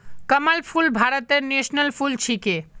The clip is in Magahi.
कमल फूल भारतेर नेशनल फुल छिके